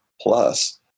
plus